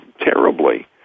terribly